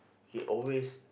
ya always